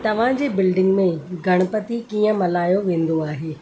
तव्हांजे बिल्डिंग में गणपती कीअं मल्हायो वेंदो आहे